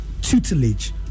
tutelage